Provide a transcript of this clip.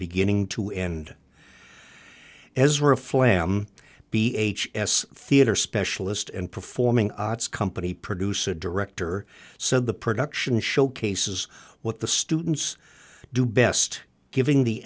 beginning to end as were a flam b a h s theatre specialist and performing arts company producer director said the production showcases what the students do best giving the